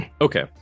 okay